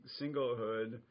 singlehood